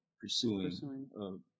pursuing